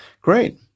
Great